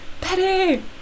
Patty